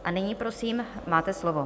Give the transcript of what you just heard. A nyní prosím, máte slovo.